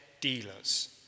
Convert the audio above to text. dealers